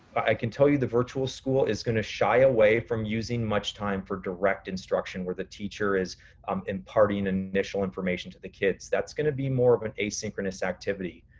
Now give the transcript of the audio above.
i can tell you the virtual school is gonna shy away from using much time for direct instruction where the teacher is um imparting initial information to the kids. that's gonna be more of an asynchronous activity.